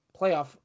playoff